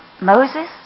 Moses